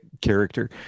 character